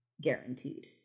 guaranteed